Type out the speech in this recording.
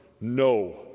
no